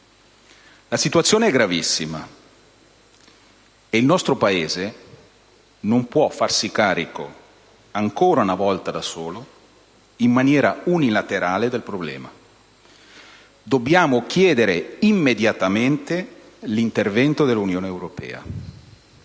La situazione è gravissima e il nostro Paese non può farsi carico ancora una volta da solo, in maniera unilaterale, del problema. Dobbiamo chiedere immediatamente l'intervento dell'Unione europea.